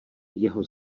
jeho